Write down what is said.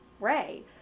Ray